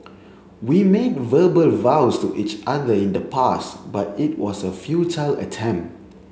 we made verbal vows to each other in the past but it was a futile attempt